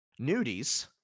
nudies